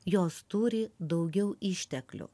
jos turi daugiau išteklių